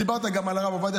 דיברת גם על הרב עובדיה,